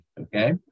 Okay